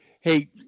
Hey